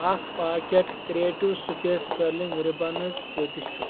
اکھ pocket creative space curling ribbons کۭتِس چھُ